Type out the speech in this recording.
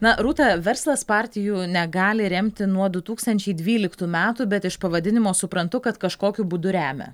na rūta verslas partijų negali remti nuo du tūkstančiai dvyliktų metų bet iš pavadinimo suprantu kad kažkokiu būdu remia